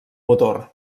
motor